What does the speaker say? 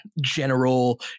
general